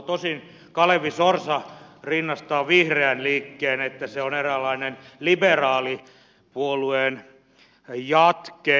tosin kalevi sorsa rinnastaa vihreän liikkeen että se on eräänlainen liberaalipuolueen jatke